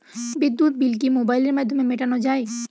বিদ্যুৎ বিল কি মোবাইলের মাধ্যমে মেটানো য়ায়?